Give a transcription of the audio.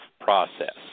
process